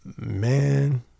Man